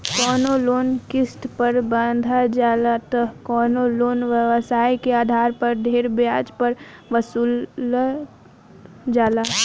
कवनो लोन किस्त पर बंधा जाला त कवनो लोन व्यवसाय के आधार पर ढेरे ब्याज पर वसूलल जाला